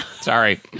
Sorry